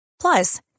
Plus